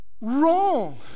Wrong